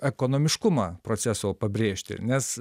ekonomiškumą proceso pabrėžti nes